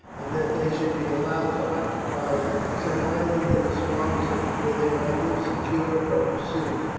and that they should be allowed to occupy some island in the swamps where they might live secure from pursuit.